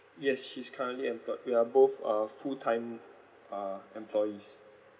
yes she's currently employed we are both uh full time uh employees